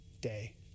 day